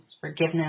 forgiveness